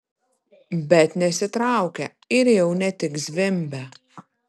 bet nesitraukia ir jau ne tik zvimbia